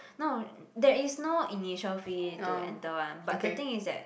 no there is no initial fee to enter one but the thing is that